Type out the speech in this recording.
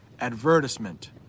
advertisement